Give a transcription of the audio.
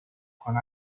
con